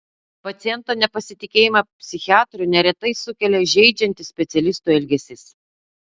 paciento nepasitikėjimą psichiatru neretai sukelia žeidžiantis specialistų elgesys